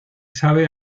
sabe